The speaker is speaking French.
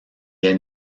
est